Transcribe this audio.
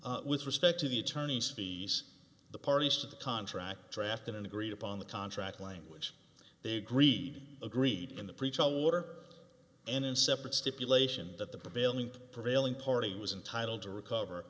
date with respect to the attorneys fees the parties to the contract drafted and agreed upon the contract language they agreed agreed in the preach on water and in separate stipulation that the prevailing prevailing party was entitled to recover